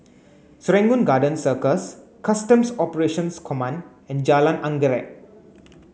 Serangoon Garden Circus Customs Operations Command and Jalan Anggerek